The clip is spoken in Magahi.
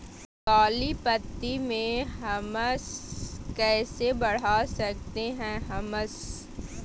कालीमती में हमस कैसे बढ़ा सकते हैं हमस?